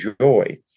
joy